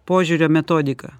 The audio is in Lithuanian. požiūrio metodiką